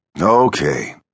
Okay